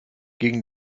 gegen